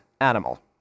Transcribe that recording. animal